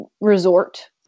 resort